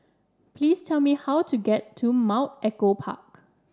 please tell me how to get to Mount Echo Park